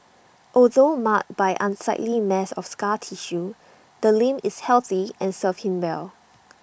although marred by unsightly mass of scar tissue the limb is healthy and serves him well